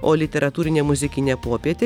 o literatūrinė muzikinė popietė